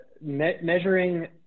measuring